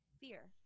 fear